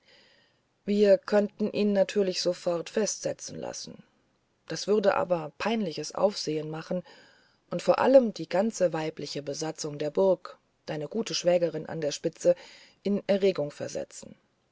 wir könnten ihn natürlich sofort festsetzen lassen das würde aber peinliches aufsehen machen und vor allem die ganze weibliche besatzung der burg deine gute schwägerin an der spitze in erregung versetzen